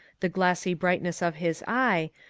the glassy brightness of his eye,